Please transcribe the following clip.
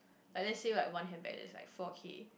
like let's say like one handbag that's like four K